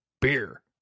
Beer